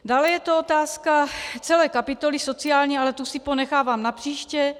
Dále je to otázka celé kapitoly sociální, ale tu si ponechávám napříště.